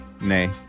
Nay